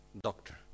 doctor